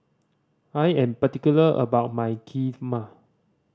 I am particular about my Kheema